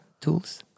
tools